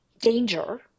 danger